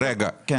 כן.